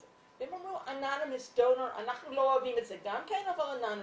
זה" הם אמרו "אנחנו לא אוהבים את זה גם כן אבל תורם אלמוני".